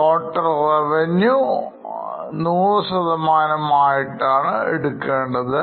Total revenue 100 ആയിരിക്കും